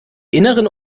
inneren